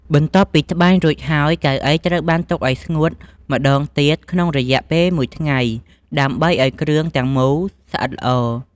បន្ទាប់ពីត្បាញរួចហើយ កៅអីត្រូវបានទុកឲ្យស្ងួតម្តងទៀត ក្នុងរយៈពេលមួយថ្ងៃដើម្បីឲ្យគ្រឿងទាំងមូលស្អិតល្អ។